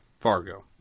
Fargo